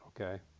okay